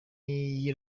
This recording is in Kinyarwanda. y’i